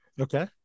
Okay